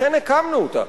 לכן הקמנו אותה,